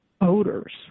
odors